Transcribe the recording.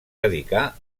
dedicà